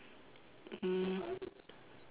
um